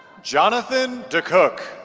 jonathan d'cook